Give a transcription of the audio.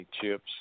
chips